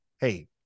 hey